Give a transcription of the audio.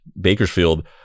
Bakersfield